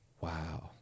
wow